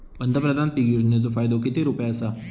पंतप्रधान पीक योजनेचो फायदो किती रुपये आसा?